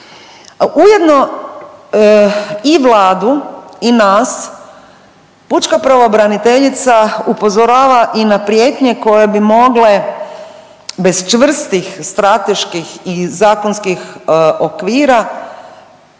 Ujedno i Vladu i nas pučka pravobraniteljica upozorava i na prijetnje koje bi mogle bez čvrstih strateških i zakonskih okvira